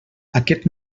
aquest